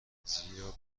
زیرا